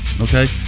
Okay